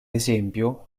esempio